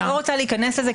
אני לא רוצה להיכנס לזה,